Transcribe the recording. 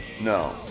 no